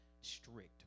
strict